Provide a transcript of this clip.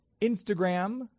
Instagram